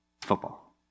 football